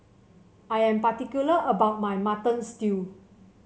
I am particular about my Mutton Stew